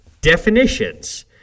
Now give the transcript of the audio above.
definitions